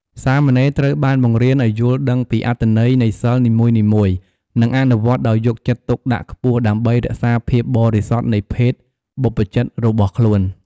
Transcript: សាមណេរត្រូវបានបង្រៀនឱ្យយល់ដឹងពីអត្ថន័យនៃសីលនីមួយៗ និងអនុវត្តដោយយកចិត្តទុកដាក់ខ្ពស់ ដើម្បីរក្សាភាពបរិសុទ្ធនៃភេទបព្វជិតរបស់ខ្លួន។